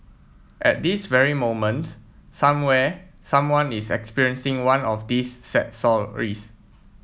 at this very moment somewhere someone is experiencing one of these sad stories